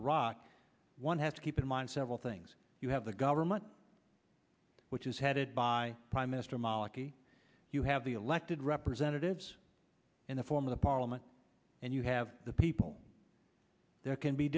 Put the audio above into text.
one has to keep in mind several things you have the government which is headed by prime minister maliki you have the elected representatives in the form of the parliament and you have the people there can be